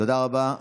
תודה רבה.